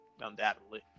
undoubtedly